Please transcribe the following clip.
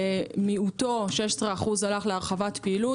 מיעוטו, 16% הלך להרחבת פעילות.